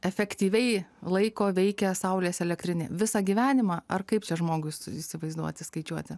efektyviai laiko veikia saulės elektrinė visą gyvenimą ar kaip čia žmogui su įsivaizduoti skaičiuoti